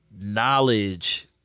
Knowledge